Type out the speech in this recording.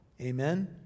Amen